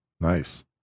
Nice